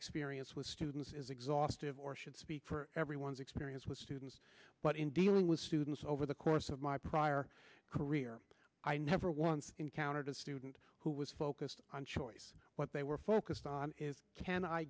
experience with students is exhaustive or should speak for everyone's experience with students but in dealing with students over the course of my prior career i never once encountered a student who was focused on choice what they were focused on is can i